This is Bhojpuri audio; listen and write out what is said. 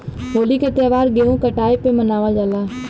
होली क त्यौहार गेंहू कटाई पे मनावल जाला